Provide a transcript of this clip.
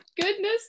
goodness